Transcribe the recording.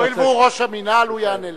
הואיל והוא ראש המינהל, הוא יענה לך.